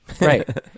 Right